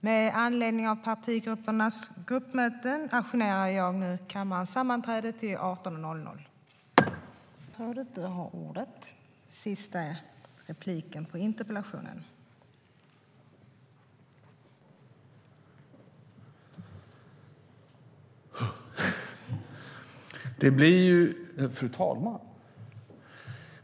STYLEREF Kantrubrik \* MERGEFORMAT Svar på interpellationerFru talman!